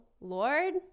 lord